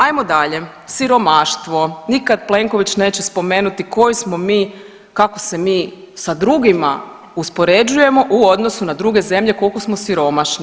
Ajmo dalje, siromaštvo, nikad Plenković neće spomenuti koji smo mi, kako se mi sa drugima uspoređujemo u odnosu na druge zemlje koliko smo siromašni.